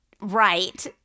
right